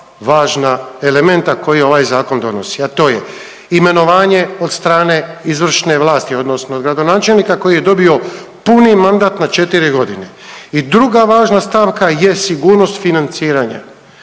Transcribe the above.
važna elementa koji ovaj zakon donosi a to je imenovanje od strane izvršne vlasti, odnosno od gradonačelnika koji je dobio puni mandat na četiri godine. I druga važna stavka je sigurnost financiranja,